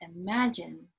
imagine